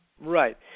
Right